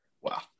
Wow